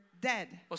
dead